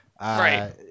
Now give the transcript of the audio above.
Right